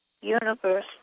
universe